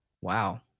wow